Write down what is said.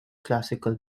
classical